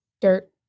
Dirt